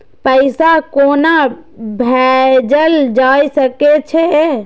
पैसा कोना भैजल जाय सके ये